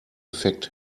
effekt